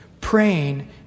praying